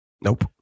Nope